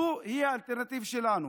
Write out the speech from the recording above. זוהי האלטרנטיבה שלנו.